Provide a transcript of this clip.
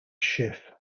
schiff